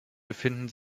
befinden